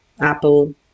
Apple